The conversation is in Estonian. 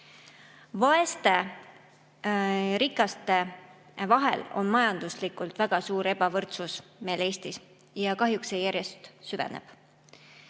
Vaeste ja rikaste vahel on majanduslikult väga suur ebavõrdsus meil Eestis ja kahjuks see järjest süveneb.